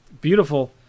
Beautiful